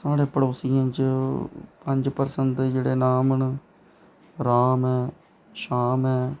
साढ़े पड़ोसियें च पंज पंसदी दे जेह्ड़े नाम न राम ऐ शाम ऐ